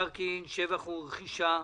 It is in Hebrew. הצעת חוק מיסוי מקרקעין (שבח ורכישה)